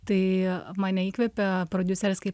tai mane įkvepia prodiuserės kaip